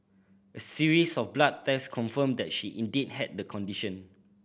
a series of blood tests confirmed that she indeed had the condition